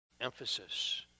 Emphasis